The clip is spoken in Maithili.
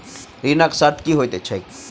ऋणक शर्त की होइत छैक?